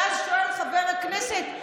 ואז שואל חבר הכנסת,